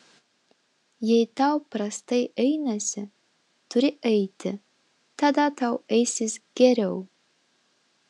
jei tau prastai einasi turi eiti tada tau eisis geriau